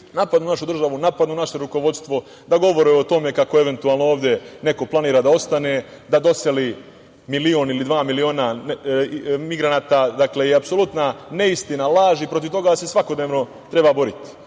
napadnu našu državu, napadnu naše rukovodstvo, da govore o tome kako eventualno ovde neko planira da ostane da doseli milion ili dva miliona migranata je apsolutna neistina, laž i protiv toga se svakodnevno treba boriti. Pravo